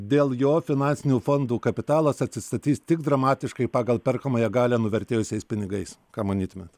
dėl jo finansinių fondų kapitalas atsistatys tik dramatiškai pagal perkamąją galią nuvertėjusiais pinigais ką manytumėt